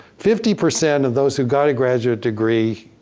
fifty percent of those who got a graduate degree,